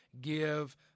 give